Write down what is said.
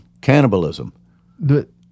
cannibalism